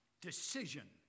Decision